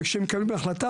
וכשהם מקבלים החלטה,